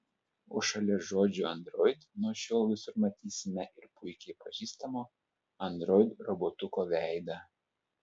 o šalia žodžio android nuo šiol visur matysime ir puikiai pažįstamo android robotuko veidą